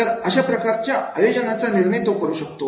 तरअशा प्रकारच्या आयोजनाचा निर्णय तो करू शकतो